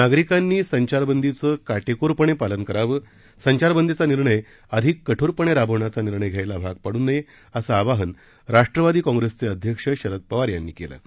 नागरिकांनी संचारबंदीचं काटेकोरपणे पालन करावं संचारबंदीचा निर्णय अधिक कठोरपणे राबविण्याचा निर्णय घेण्यास भाग पाङु नये असं आवाहन राष्ट्रवादी काँप्रेस पक्षाचे अध्यक्ष खासदार शरद पवार यांनी आज केलं आहे